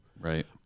Right